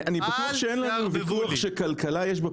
אני בטוח שאין לנו ויכוח על זה שבכלכלה יש פסיכולוגיה.